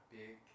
big